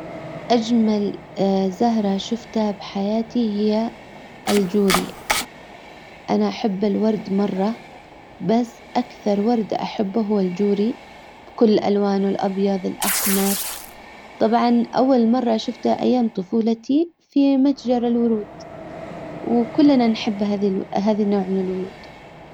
اجمل زهرة شفتها بحياتي هي الجوري. انا احب الورد مرة بس اكثر ورد احبه هو الجوري بكل الوانه الابيض الاحمر. طبعا اول مرة شفته ايام طفولتي في متجر الورود وكلنا نحب هذي هذي النوع من الورود.